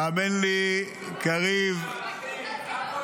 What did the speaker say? האמן לי, קריב -- כי חמאס נכנס בקיר הזה יופי.